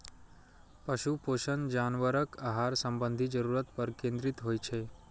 पशु पोषण जानवरक आहार संबंधी जरूरत पर केंद्रित होइ छै